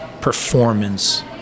performance